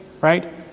Right